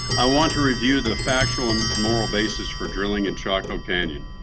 i want to review the factual and moral basis for drilling in chaco canyon.